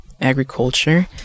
agriculture